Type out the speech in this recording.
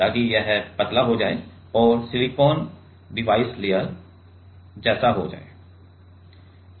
ताकि यह पतला हो जाए और यह सिलिकॉन डिवाइस लेयर जैसा हो जाए